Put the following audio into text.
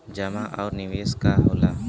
जमा और निवेश का होला?